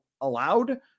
allowed